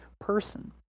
person